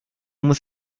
muss